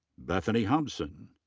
bethany hobson.